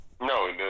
No